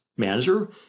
manager